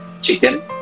chicken